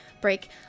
break